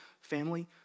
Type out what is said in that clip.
family